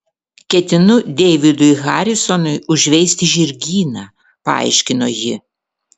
ketinu deividui harisonui užveisti žirgyną paaiškino ji